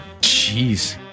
Jeez